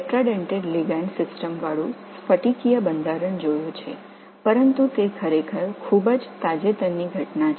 tetradentate ligand சிஸ்டத்துடன் படிக அமைப்பை நீங்கள் பார்த்துள்ளீர்கள் ஆனால் அவை உண்மையில் மிக சமீபத்திய நிகழ்வு